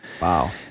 Wow